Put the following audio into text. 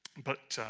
but,